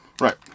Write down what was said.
Right